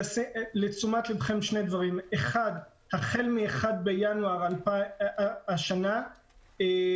לתשומת לבכם שני דברים: נקודה ראשונה החל מ-1 בינואר השנה נפגעה